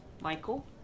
Michael